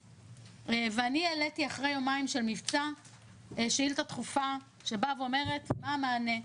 ואני העליתי אחרי יומיים של מבצע שאילתה דחופה שבאה ואומרת מה המענה,